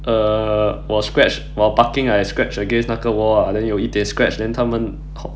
err 我 scratch while parking I scratch against 那个 wall ah then 有一点 scratch then 他们